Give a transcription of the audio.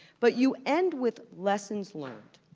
but you end with lessons learned,